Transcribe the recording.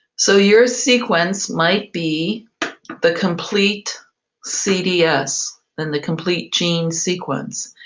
so your sequence might be the complete cds and the complete gene sequence,